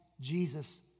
Jesus